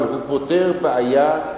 אבל הוא פותר בעיה של,